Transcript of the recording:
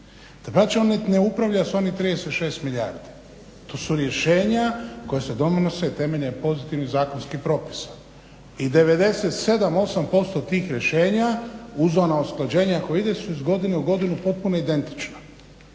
Dapače, on niti ne upravlja sa onih 36 milijardi. To su rješenja koja se donose temeljem pozitivnih zakonskih propisa. I 97, 98 posto tih rješenja uz ona usklađenja koja ide su iz godine u godinu potpuno identična.